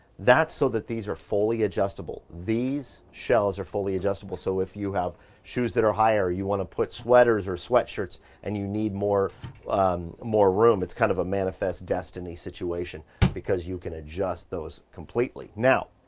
that's so that these are fully adjustable. these shelves are fully adjustable, so if you have shoes that are higher you wanna put sweaters or sweatshirts and you need more um more room, it's kind of a manifest destiny situation because you can adjust those completely. now,